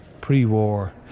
pre-war